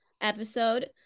episode